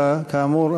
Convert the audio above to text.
כאמור,